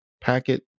packet